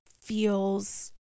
feels